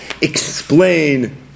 explain